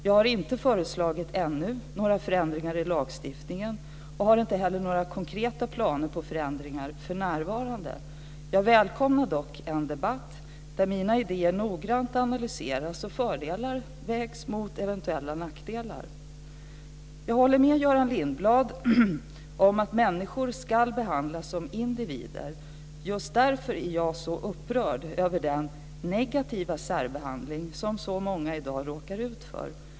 Jag har inte föreslagit några förändringar i lagstiftningen ännu och har inte heller några konkreta planer på förändringar för närvarande. Jag välkomnar dock en debatt där mina idéer noggrant analyseras och fördelarna vägs mot eventuella nackdelar. Jag håller med Göran Lindblad om att människor ska behandlas som individer. Just därför är jag så upprörd över den negativa särbehandling som så många i dag råkar ut för.